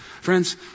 friends